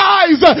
eyes